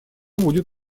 будет